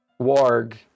warg